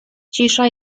cisza